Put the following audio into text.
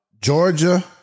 Georgia